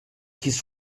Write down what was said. his